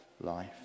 life